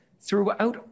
Throughout